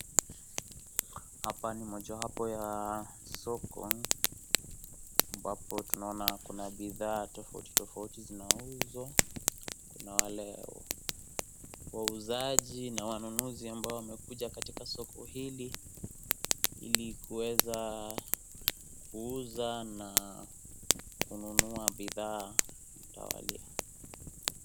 Hapa ni mojawapo ya soko, ambapo tunaona kuna bidhaa tofauti tofauti zinauzwa. Kuna wale wauzaji na wanunuzi ambao wamekuja katika soko hili, ili kuweza kuuza na kununua bidhaa mtawalia.